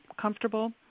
comfortable